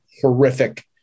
horrific